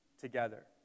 together